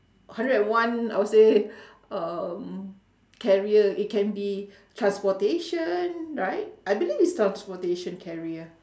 hundred and one I would say um carrier it can be transportation right I believe it's transportation carrier